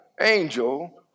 angel